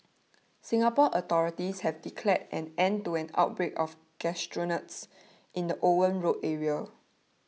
Singapore authorities have declared an end to an outbreak of gastroenteritis in the Owen Road area